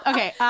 Okay